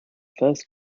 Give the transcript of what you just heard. first